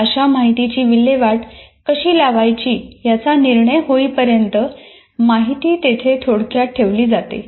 अशा माहितीची विल्हेवाट कशी लावायची याचा निर्णय होईपर्यंत माहिती तेथे थोडक्यात ठेवली जाते